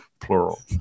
plural